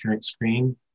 screen